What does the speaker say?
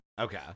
Okay